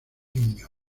niños